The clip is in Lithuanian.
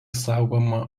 saugoma